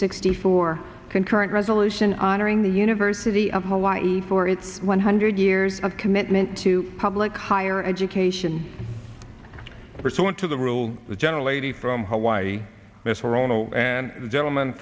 sixty four concurrent resolution honoring the university of hawaii for its one hundred years of commitment to public higher education pursuant to the rule the general lady from hawaii mr ono and the gentleman